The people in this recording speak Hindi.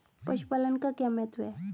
पशुपालन का क्या महत्व है?